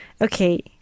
Okay